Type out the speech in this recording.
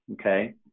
okay